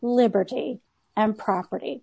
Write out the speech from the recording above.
liberty and property